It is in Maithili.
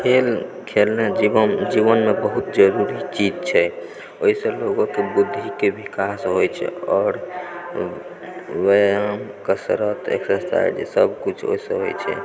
खेल खेलनाइ जीवनमे बहुत उपयोगी चीज छै ओहिसँ लोगक बुद्धीके विकास होइत छै आओर व्यायाम कसरत एक्सरसाइज सब किछु ओहिसँ होइत छै